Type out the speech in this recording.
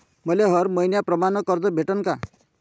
मले हर मईन्याप्रमाणं कर्ज भेटन का?